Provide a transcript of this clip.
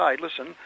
listen